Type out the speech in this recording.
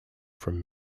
from